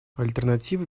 альтернативы